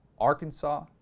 Arkansas